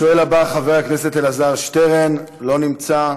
השואל הבא, חבר הכנסת אלעזר שטרן, לא נמצא.